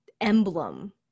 emblem